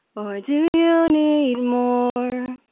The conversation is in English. or do you need more?